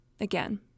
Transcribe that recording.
Again